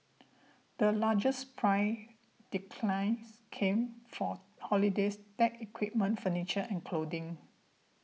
the largest price declines came for holidays tech equipment furniture and clothing